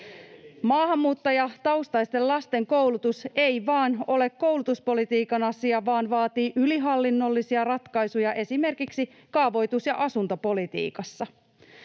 Maahanmuuttajataustaisten lasten koulutus ei ole vain koulutuspolitiikan asia, vaan vaatii ylihallinnollisia ratkaisuja esimerkiksi kaavoitus- ja asuntopolitiikassa.